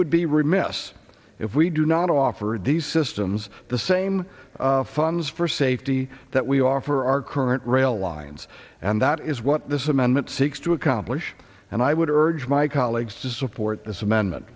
would be remiss if we do not offered these systems the same funds for safety that we offer our current rail lines and that is what this amendment seeks to accomplish and i would urge my colleagues to support this amendment